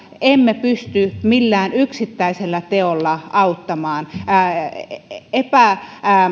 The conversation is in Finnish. emme pysty millään yksittäisellä teolla auttamaan